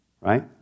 Right